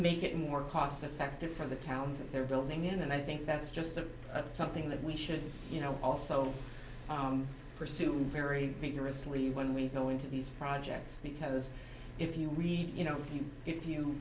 make it more cost effective for the towns that they're building in and i think that's just something that we should you know also pursue very vigorously when we go into these projects because if you read you know you if you